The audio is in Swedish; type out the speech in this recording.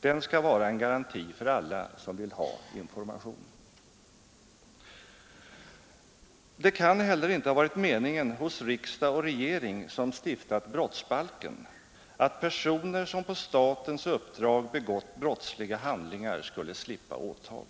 den skall vara en garanti för alla som vill ha information. Det kan heller inte ha varit meningen hos riksdag och regering, som stiftat brottsbalken, att personer som på statens uppdrag begått brottsliga handlingar skulle slippa åtal.